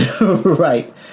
Right